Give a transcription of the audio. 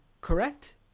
correct